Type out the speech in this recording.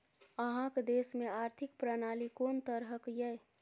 अहाँक देश मे आर्थिक प्रणाली कोन तरहक यै?